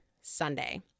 Sunday